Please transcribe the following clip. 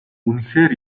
үнэхээр